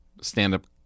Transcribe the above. stand-up